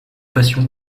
passions